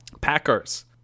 Packers